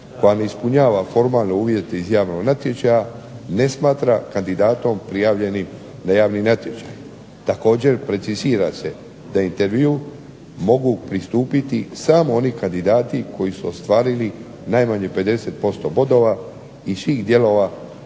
koja ne ispunjava formalne uvjete iz javnog natječaja ne smatra kandidatom prijavljeni na javni natječaj. Također, precizira se da intervjuu mogu pristupiti samo oni kandidati koji su ostvarili najmanje 50% bodova iz svih dijelova